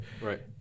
right